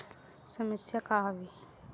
समस्या का आवे?